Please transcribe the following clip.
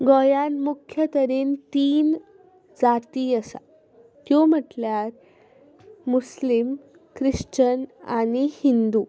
गोंयांत मुख्य तरेन तीन जाती आसात त्यो म्हणल्यार मुस्लीम क्रिश्चन आनी हिंदू